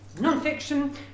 non-fiction